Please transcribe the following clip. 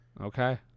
Okay